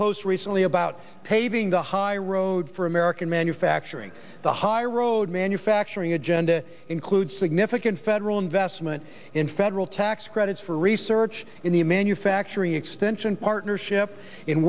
post recently about paving the high road for american manufacturing the high road manufacturing agenda include significant federal investment in federal tax credits for research in the manufacturing extension partnership in